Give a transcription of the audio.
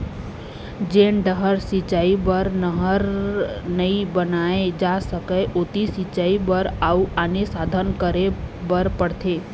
जेन डहर सिंचई बर नहर नइ बनाए जा सकय ओती सिंचई बर अउ आने साधन करे बर परथे